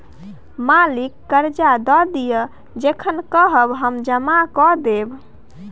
मालिक करजा दए दिअ जखन कहब हम जमा कए देब